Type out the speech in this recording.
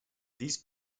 these